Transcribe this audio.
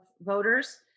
voters